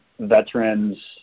veterans